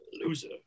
Loser